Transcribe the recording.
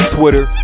Twitter